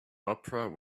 oprah